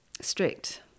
strict